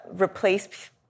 replace